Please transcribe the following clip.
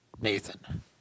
Nathan